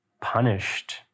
punished